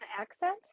accent